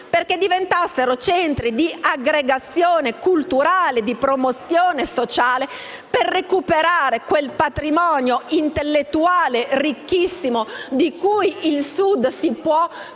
affinché diventassero centri di aggregazione culturale e di promozione sociale per recuperare quel patrimonio intellettuale ricchissimo di cui il Sud si può fregiare,